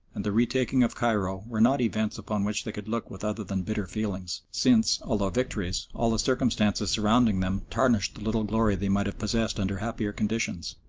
and the retaking of cairo were not events upon which they could look with other than bitter feelings, since, although victories, all the circumstances surrounding them tarnished the little glory they might have possessed under happier conditions.